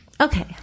Okay